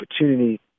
opportunity